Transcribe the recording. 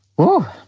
well,